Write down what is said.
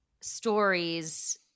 stories –